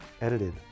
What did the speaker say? edited